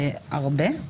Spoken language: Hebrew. ארבה,